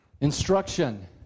Instruction